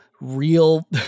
real